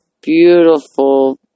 beautiful